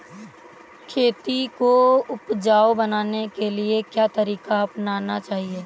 खेती को उपजाऊ बनाने के लिए क्या तरीका अपनाना चाहिए?